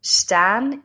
staan